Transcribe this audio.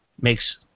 makes